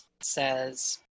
says